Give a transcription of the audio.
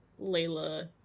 Layla